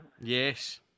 Yes